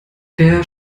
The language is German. der